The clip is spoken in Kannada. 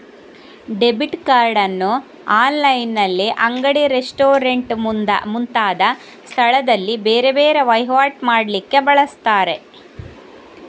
ಡೆಬಿಟ್ ಕಾರ್ಡ್ ಅನ್ನು ಆನ್ಲೈನಿನಲ್ಲಿ, ಅಂಗಡಿ, ರೆಸ್ಟೋರೆಂಟ್ ಮುಂತಾದ ಸ್ಥಳದಲ್ಲಿ ಬೇರೆ ಬೇರೆ ವೈವಾಟು ಮಾಡ್ಲಿಕ್ಕೆ ಬಳಸ್ತಾರೆ